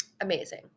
amazing